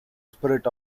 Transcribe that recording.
spirit